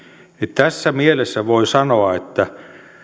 tässä mielessä voi sanoa että